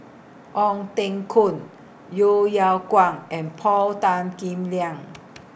Ong Teng Koon Yeo Yeow Kwang and Paul Tan Kim Liang